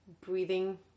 breathing